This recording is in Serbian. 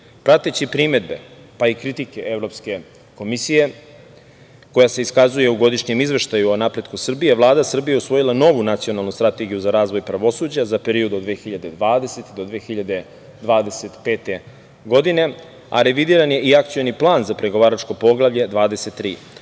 Prateći primedbe, pa i kritike Evropske komisije, koja se iskazuje u godišnjem izveštaju o napretku Srbije, Vlada Srbije je usvojila novu nacionalnu Strategiju za razvoj pravosuđa za period od 2020. do 2025. godine, a revidiran je i Akcioni plan za pregovaračko Poglavlje 23.